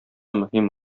мөһим